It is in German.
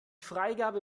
freigabe